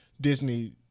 Disney